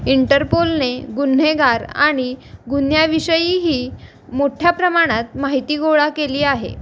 इंटरपोलने गुन्हेगार आणि गुन्ह्याविषयीही मोठ्या प्रमाणात माहिती गोळा केली आहे